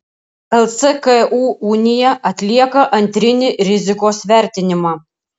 lcku unija atlieka antrinį rizikos vertinimą